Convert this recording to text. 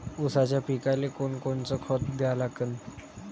ऊसाच्या पिकाले कोनकोनचं खत द्या लागन?